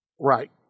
Right